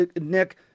Nick